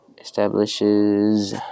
establishes